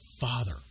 father